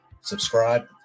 Subscribe